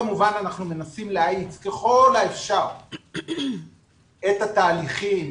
אנחנו כמובן מנסים להאיץ ככל האפשר את התהליכים,